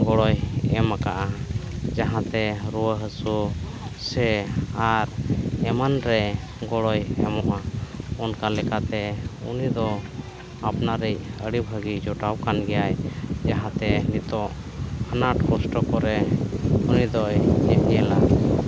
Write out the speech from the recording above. ᱜᱚᱲᱚᱭ ᱮᱢ ᱠᱟᱫᱼᱟ ᱡᱟᱦᱟᱸ ᱛᱮ ᱨᱩᱣᱟᱹ ᱦᱟᱹᱥᱩ ᱥᱮ ᱟᱨ ᱮᱢᱟᱱ ᱨᱮ ᱜᱚᱲᱚᱭ ᱮᱢᱚᱜᱼᱟ ᱚᱱᱠᱟ ᱞᱮᱠᱟᱛᱮ ᱩᱱᱤᱫᱚ ᱟᱯᱱᱟᱨᱤᱡ ᱟᱹᱰᱤ ᱵᱷᱟᱹᱜᱤ ᱡᱚᱴᱟᱣ ᱠᱟᱱ ᱜᱮᱭᱟᱭ ᱡᱟᱦᱟᱸ ᱛᱮ ᱱᱤᱛᱚᱜ ᱟᱱᱟᱴ ᱠᱚᱥᱴᱚ ᱠᱚᱨᱮᱜ ᱩᱱᱤ ᱫᱚᱭ ᱦᱮᱡ ᱮᱱᱟ